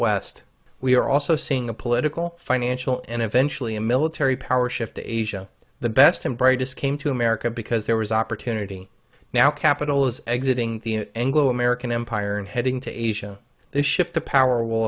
west we are also seeing a political financial and eventually a military power shift to asia the best and brightest came to america because there was opportunity now capital is exiting the anglo american empire and heading to asia the shift to power will